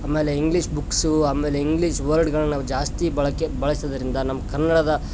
ಆಮೇಲೆ English books ಆಮೇಲೆ English ವರ್ಡ್ಗಳನ್ನು ನಾವು ಜಾಸ್ತಿ ಬಳಕೆ ಬಳಸುದರಿಂದ ನಮ್ಮ ಕನ್ನಡದ